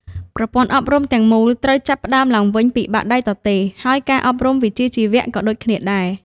ប្រព័ន្ធអប់រំទាំងមូលត្រូវចាប់ផ្តើមឡើងវិញពីបាតដៃទទេ ហើយការអប់រំវិជ្ជាជីវៈក៏ដូចគ្នាដែរ។